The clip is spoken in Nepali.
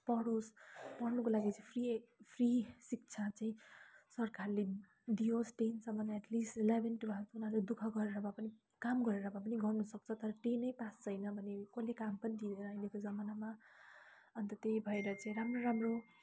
पढ्नुको लागि चाहिँ के फ्री शिक्षा चाहिँ सरकारले दियोस् टेनसम्म एटलिस्ट इलेभेन ट्वेल्भ उनीहरूले दुख गरेर भए पनि काम गरेर भए पनि गर्नुसक्छ तर टेनै पास भएन भने कसले काम पनि देला अहिलेको जमानामा अन्त त्यही भएर चाहिँ राम्रो राम्रो